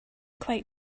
quite